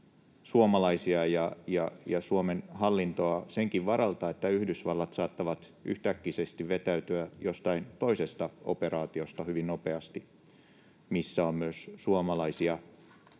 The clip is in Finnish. suomalaisia ja Suomen hallintoa senkin varalta, että Yhdysvallat saattaa yhtäkkisesti vetäytyä hyvin nopeasti jostain toisesta operaatiosta, missä ehkä on myös suomalaisia